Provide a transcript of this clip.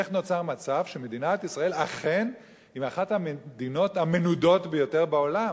איך נוצר מצב שמדינת ישראל אכן היא אחת המדינות המנודות ביותר בעולם?